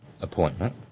appointment